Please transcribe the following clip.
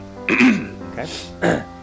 Okay